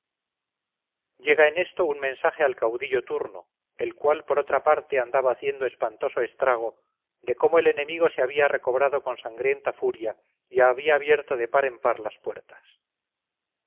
llega en esto un mensaje al caudillo turno el cual por otra parte andaba haciendo espantoso estrago de cómo el enemigo se había recobrado con sangrienta furia y había abierto de par en par las puertas